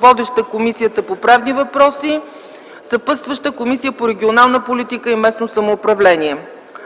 Водеща е Комисията по правни въпроси. Съпътстваща е Комисията по регионална политика и местно самоуправление.